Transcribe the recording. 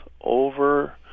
over